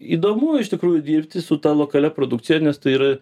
įdomu iš tikrųjų dirbti su ta lokalia produkcija nes tai yra